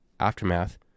aftermath